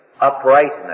uprightness